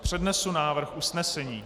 Přednesu návrh usnesení.